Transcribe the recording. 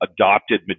adopted